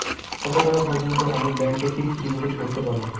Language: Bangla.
কত টাকা পর্যন্ত আমি ব্যাংক এ ফিক্সড ডিপোজিট করতে পারবো?